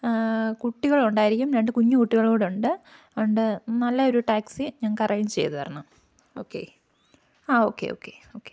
കുട്ടികൾ ഉണ്ടായിരിക്കും രണ്ട് കുഞ്ഞു കുട്ടികൾ കൂടെ ഉണ്ട് അത്കൊണ്ട് നല്ലൊരു ടാക്സി ഞങ്ങൾക്ക് അറേഞ്ച് ചെയ്തു തരണം ഓക്കേ ആ ഓക്കേ ഓക്കേ ഓക്കേ